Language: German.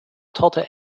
torte